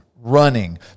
running